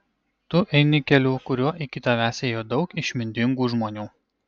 tu eini keliu kuriuo iki tavęs ėjo daug išmintingų žmonių